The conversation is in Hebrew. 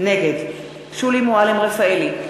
נגד שולי מועלם-רפאלי,